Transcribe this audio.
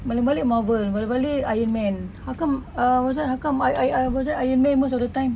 balik-balik Marvel balik-balik iron man how come uh what's that how come I I I why is that iron man all the time